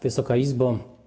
Wysoka Izbo!